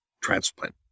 transplant